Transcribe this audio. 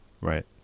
Right